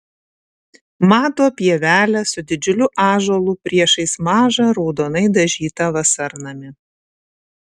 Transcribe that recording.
mato pievelę su didžiuliu ąžuolu priešais mažą raudonai dažytą vasarnamį